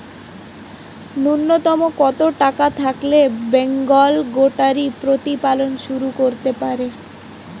নূন্যতম কত টাকা থাকলে বেঙ্গল গোটারি প্রতিপালন শুরু করতে পারি?